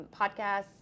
podcasts